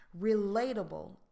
relatable